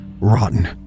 rotten